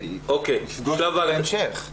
נשמע את חברות הקרקע.